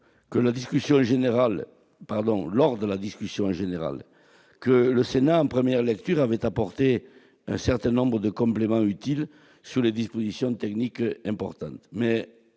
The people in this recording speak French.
c'est dommage ! J'ai reconnu, lors de la discussion générale, que le Sénat, en première lecture, avait apporté un certain nombre de compléments utiles sur des dispositions techniques importantes.